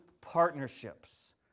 partnerships